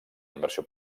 inversió